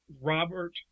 Robert